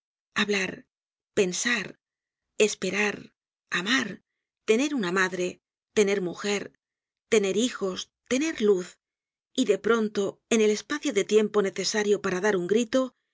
hablar pensar esperar amar tener una madre tener mujer tener hijos tener luz y de pronto en el espacio de tiempo necesario para dar un grito